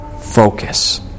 focus